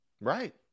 Right